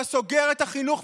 אתה סוגר את החינוך,